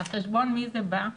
ועל חשבון מי זה בא?